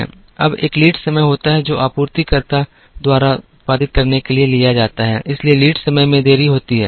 अब एक लीड समय होता है जो आपूर्तिकर्ता द्वारा उत्पादित करने के लिए लिया जाता है इसलिए लीड समय में देरी होती है